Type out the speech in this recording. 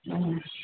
ಹ್ಞೂ